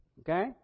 Okay